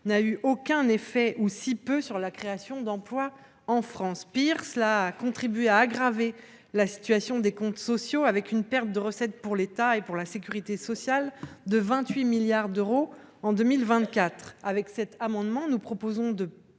n’a eu aucun effet, ou si peu, sur la création d’emplois en France. Pis, cela a contribué à aggraver la situation des comptes sociaux, avec une perte de recettes pour l’État et la sécurité sociale d’un montant de 28 milliards d’euros pour 2024. Au travers de cet amendement, nous proposons une